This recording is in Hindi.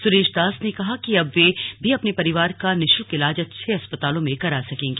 सुरेश दास ने कहा कि अब वह भी अपने परिवार का निशुल्क ईलाज अच्छे अस्पतालों में करा सकेगा